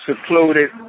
secluded